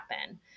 happen